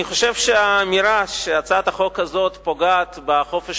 אני חושב שהאמירה שהצעת החוק הזאת פוגעת בחופש